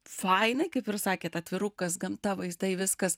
fainai kaip ir sakėt atvirukas gamta vaizdai viskas